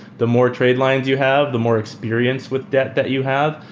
the more trade lines you have, the more experience with debt that you have,